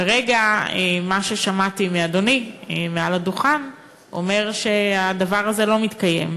כרגע שמעתי מאדוני מעל הדוכן שהדבר הזה לא מתקיים.